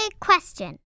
question